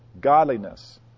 godliness